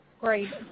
Great